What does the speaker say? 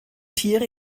tiere